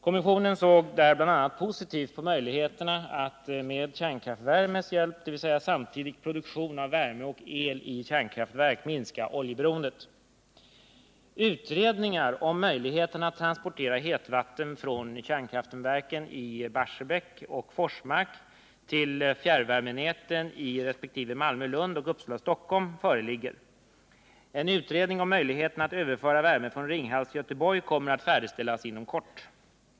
Kommissionen såg där bl.a. positivt på möjligheterna att med kärnkraftsvärme, dvs. samtidig produktion av värme och el i kärnkraftverk, minska oljeberoendet. Utredningar om möjligheterna att transportera hetvatten från kärnkraftverken i Barsebäck och Forsmark till fjärrvärmenäten i resp. Malmö-Lund och Uppsala-Stockholm föreligger. En utredning om möjligheterna att överföra värme från Ringhals till Göteborg kommer att färdigställas inom kort.